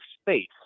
space